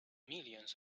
millions